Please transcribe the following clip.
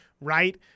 right